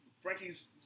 Frankie's